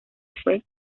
fue